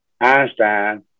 Einstein